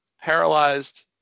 paralyzed